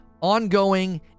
ongoing